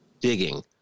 digging